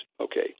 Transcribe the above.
okay